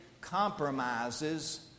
compromises